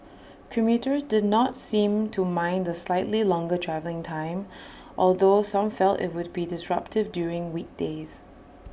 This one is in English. commuters did not seem to mind the slightly longer travelling time although some felt IT would be disruptive during weekdays